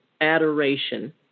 adoration